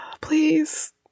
Please